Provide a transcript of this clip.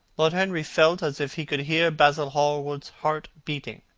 lord henry felt as if he could hear basil hallward's heart beating,